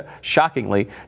shockingly